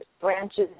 branches